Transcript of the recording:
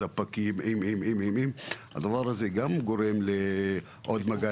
לספקים וכולי והדבר הזה גורם למגע